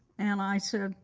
and i said,